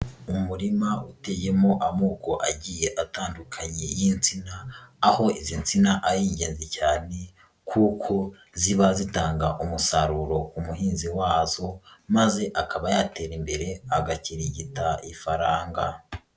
Umurima uteyemo amoko agiye atandukanye y'insina aho izo nsina ari ingenzi cyane kuko ziba zitanga umusaruro ku muhinzi wazo maze akaba yatera imbere agakirigita ifaranga.